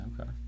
okay